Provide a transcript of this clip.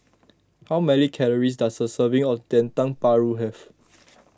how many calories does a serving of Dendeng Paru have